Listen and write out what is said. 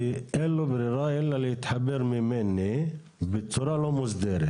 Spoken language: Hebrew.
כי אין לו ברירה אלא להתחבר ממני בצורה לא מוסדרת.